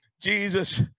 Jesus